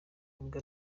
nubwo